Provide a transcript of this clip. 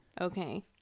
Okay